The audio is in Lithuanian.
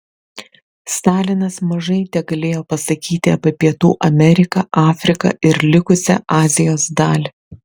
stalinas mažai tegalėjo pasakyti apie pietų ameriką afriką ir likusią azijos dalį